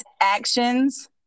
actions